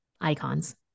icons